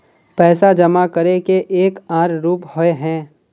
पैसा जमा करे के एक आर रूप होय है?